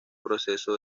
proceso